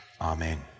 Amen